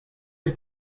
are